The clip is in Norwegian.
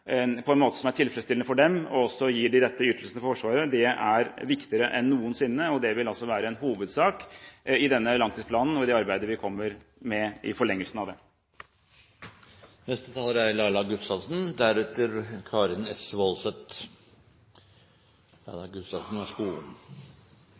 på en måte som er tilfredsstillende for dem, og også gir Forsvaret de rette ytelsene, er viktigere enn noensinne. Det vil være en hovedsak i denne langtidsplanen og i det arbeidet vi kommer med i forlengelsen av det.